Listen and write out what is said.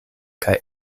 kaj